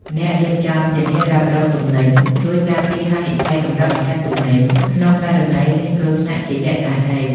អ្នករៀបចំធានារ៉ាប់រងទំនិញ ជួយការពារហានិភ័យសម្រាប់ម្ចាស់ទំនិញក្នុងករណីមានគ្រោះថ្នាក់ជាយថាហេតុ។